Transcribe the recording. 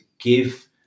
give